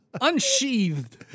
Unsheathed